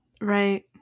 Right